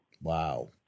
Wow